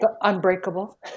Unbreakable